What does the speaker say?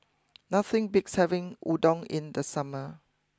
nothing beats having Udon in the summer